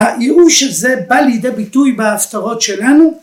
‫העירוב של זה בא לידי ביטוי בהפטרות שלנו.